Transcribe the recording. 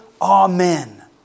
Amen